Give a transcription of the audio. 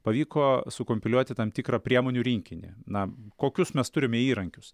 pavyko sukompiliuoti tam tikrą priemonių rinkinį na kokius mes turime įrankius